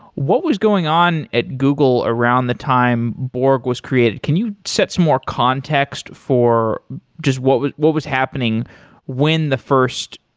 what was going on at google around the time borg was created? can you set some more context for just what was what was happening when the first,